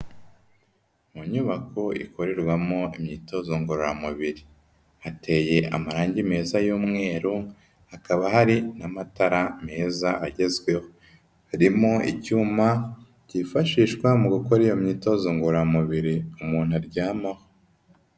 Mu nyubako ikorerwamo imyitozo ngororamubiri. Hateye amarange meza y'umweru, hakaba hari n'amatara meza agezweho. Harimo icyuma cyifashishwa mu gukora iyo myitozo ngororamubiri, umuntu aryamaho.